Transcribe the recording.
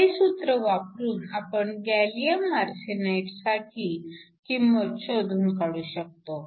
हे सूत्र वापरून आपण गॅलीअम आर्सेनाईडसाठी किंमत शोधून काढू शकतो